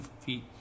feet